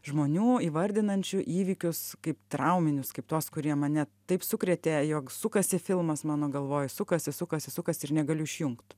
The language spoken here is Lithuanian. žmonių įvardinančių įvykius kaip trauminius kaip tuos kurie mane taip sukrėtė jog sukasi filmas mano galvoj sukasi sukasi sukasi ir negaliu išjungt